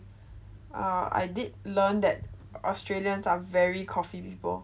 uh I did learn that australians are very coffee before